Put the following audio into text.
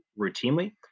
routinely